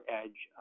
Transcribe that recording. edge